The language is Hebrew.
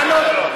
לענות.